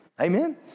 Amen